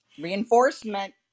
Reinforcement